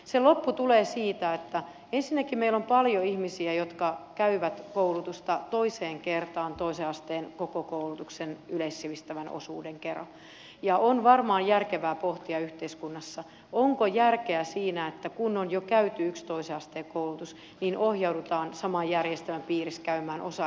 se loppu tulee siitä että ensinnäkin meillä on paljon ihmisiä jotka käyvät koulutusta toiseen kertaan toisen asteen koko koulutuksen yleissivistävän osuuden kera ja on varmaan järkevää pohtia yhteiskunnassa onko järkeä siinä että kun on jo käyty yksi toisen asteen koulutus niin ohjaudutaan saman järjestelmän piirissä käymään osa elementeistä uudelleen